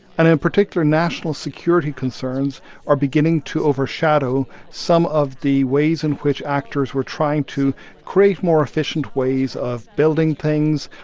and in particular, national security concerns are beginning to overshadow some of the ways in which actors were trying to create more efficient ways of building things,